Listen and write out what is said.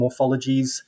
morphologies